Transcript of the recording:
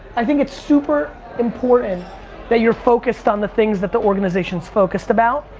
i think it's super important that you're focused on the things that the organizations focused about.